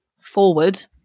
Forward